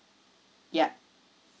yup